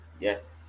yes